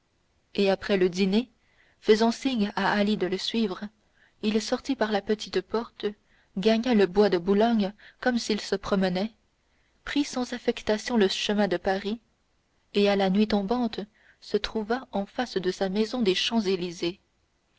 et après le dîner faisant signe à ali de le suivre il sortit par la petite porte gagna le bois de boulogne comme s'il se promenait prit sans affectation le chemin de paris et à la nuit tombante se trouva en face de la maison des champs-élysées